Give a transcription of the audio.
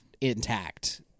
intact